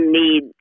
need